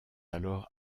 alors